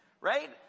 Right